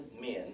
men